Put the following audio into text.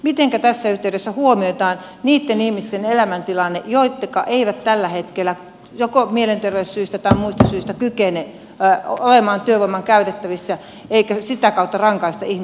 mitenkä tässä yhteydessä huomioidaan niitten ihmisten elämäntilanne jotka eivät tällä hetkellä joko mielenterveyssyistä tai muista syistä kykene olemaan työvoimana käytettävissä eikä sitä kautta rangaista ihmisiä väärin